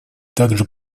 также